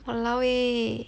!walao! eh